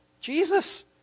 Jesus